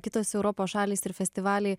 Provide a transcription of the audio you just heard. kitos europos šalys ir festivaliai